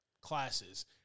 classes